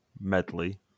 medley